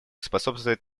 способствовать